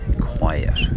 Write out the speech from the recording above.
quiet